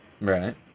Right